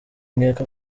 nkeka